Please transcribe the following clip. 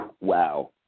Wow